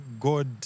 God